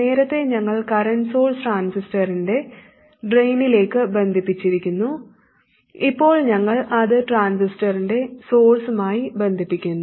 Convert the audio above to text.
നേരത്തെ ഞങ്ങൾ current source ട്രാൻസിസ്റ്ററിന്റെ ഡ്രെയിനിലേക്ക് ബന്ധിപ്പിച്ചിരുന്നു ഇപ്പോൾ ഞങ്ങൾ അത് ട്രാൻസിസ്റ്ററിന്റെ സോഴ്സ് മായി ബന്ധിപ്പിക്കുന്നു